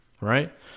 right